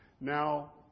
Now